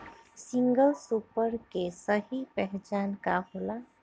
Single super के सही पहचान का होला?